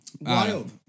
Wild